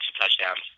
touchdowns